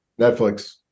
Netflix